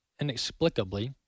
inexplicably